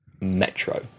Metro